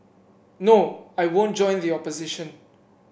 no I won't join the opposition